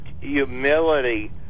humility